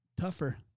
tougher